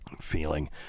feeling